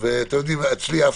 ואני מבקש לא להפריע לי באמצע.